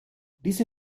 diese